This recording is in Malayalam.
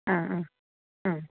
ആ ആ